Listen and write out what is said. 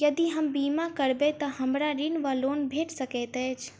यदि हम बीमा करबै तऽ हमरा ऋण वा लोन भेट सकैत अछि?